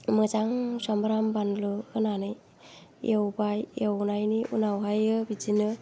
मोजां सम्ब्राम बानलु होनानै एवबाय एवनायनि उनावहायो बिदिनो